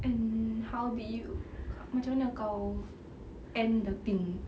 and how did you macam mana kau end the thing